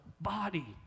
body